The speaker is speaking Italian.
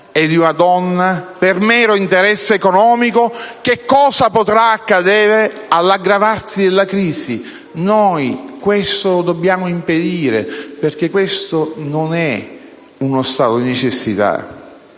e di una donna per mero interesse economico, che cosa potrà accadere all'aggravarsi della crisi? Noi questo lo dobbiamo impedire, perché questo non è uno stato di necessità,